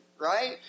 Right